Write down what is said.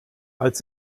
als